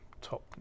top